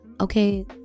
Okay